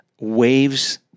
waves